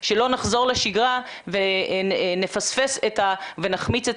שלא נחזור לשגרה ונפספס ונחמיץ את